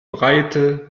breite